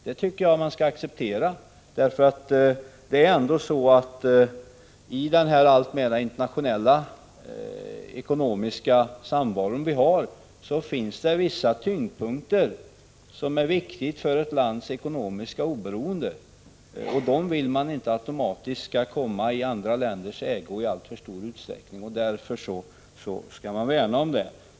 Det skall man acceptera därför att i den alltmer internationella ekonomiska samvaron finns det vissa tunga företag, som är viktiga för ett lands ekonomiska oberoende, och man vill inte att de automatiskt skall komma i andra länders ägo i alltför stor utsträckning. Därför skall man värna om dem.